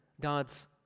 God's